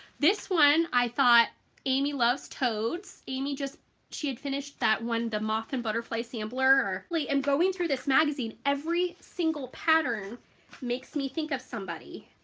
this one i thought amy loves toads. amy just she had finished that one the moth and butterfly sampler. literally like i'm going through this magazine every single pattern makes me think of somebody.